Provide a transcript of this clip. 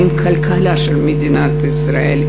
הם הכלכלה של מדינת ישראל.